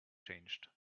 changed